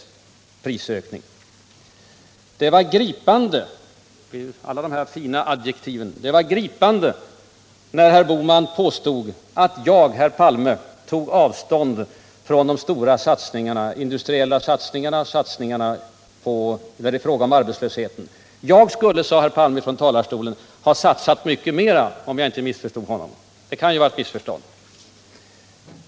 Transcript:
Herr Palme sade att det var ”gripande” — alla dessa fina adjektiv! —- när herr Bohman påstod att han, herr Palme, tog avstånd från regeringens stora ekonomiska satsningar. Det var fråga om de stora satsningarna på industrin och mot arbetslösheten. Jag skulle ha satsat mycket mera, sade herr Palme, om jag inte missförstod honom — det kan ju vara fråga om ett missförstånd.